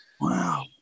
wow